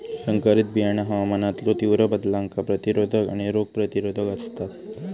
संकरित बियाणा हवामानातलो तीव्र बदलांका प्रतिरोधक आणि रोग प्रतिरोधक आसात